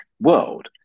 world